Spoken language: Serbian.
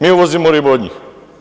Mi uvozimo ribu od njih.